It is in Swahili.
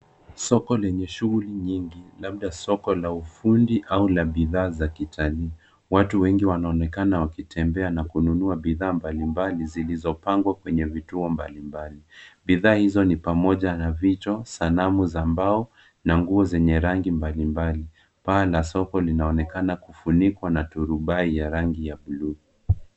Soko lenye shughuli nyingi labda soko la ufundi au la bidhaa za kitalii. Watu wengi wanaonekana wakitembea na kununua bidhaa mbalimbali zilizopangwa kwenye vituo mbalimbali. Bidhaa hizo ni pamoja na vichwa, sanamu za mbao na nguo zenye rangi mbalimbali. Paa la soko linaonekana kufunikwa na turubai ya rangi ya bluu.